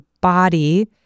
body